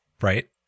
Right